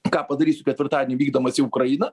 ką padarysiu ketvirtadienį vykdamas į ukrainą